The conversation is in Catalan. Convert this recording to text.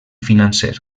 financer